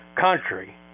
country